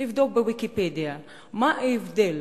לבדוק ב"ויקיפדיה", מה ההבדל